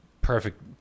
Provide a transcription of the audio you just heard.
perfect